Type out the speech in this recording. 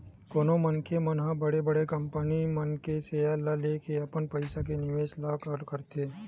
कोनो मनखे मन ह बड़े बड़े कंपनी मन के सेयर ल लेके अपन पइसा के निवेस ल करथे